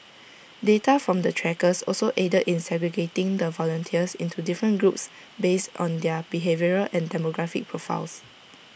data from the trackers also aided in segregating the volunteers into different groups based on their behavioural and demographic profiles